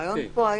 הרעיון פה היה